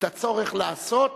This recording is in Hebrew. את הצורך לעשות